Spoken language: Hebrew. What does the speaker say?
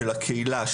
של הקהילה,